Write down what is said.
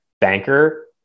banker